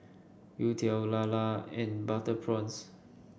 Youtiao Lala and Butter Prawns